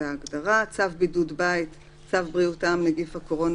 1940‏; "צו בידוד בית" צו בריאות העם (נגיף הקורונה